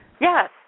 Yes